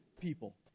people